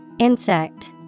Insect